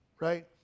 right